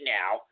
now